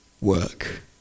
work